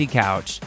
couch